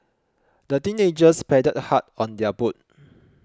the teenagers paddled hard on their boat